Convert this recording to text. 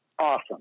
Awesome